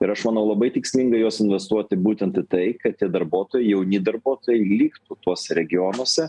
ir aš manau labai tikslinga juos investuoti būtent į tai kad tie darbotojai jauni darbotojai liktų tuose regionuose